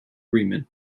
riemann